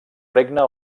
regne